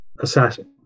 assassin